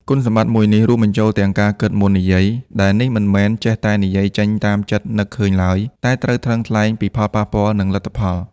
គុណសម្បត្តិមួយនេះ រួមបញ្ចូលទាំង ការគិតមុននិយាយដែលនេះមិនមែនចេះតែនិយាយចេញតាមចិត្តនឹកឃើញឡើយ តែត្រូវថ្លឹងថ្លែងពីផលប៉ះពាល់ និងលទ្ធផល។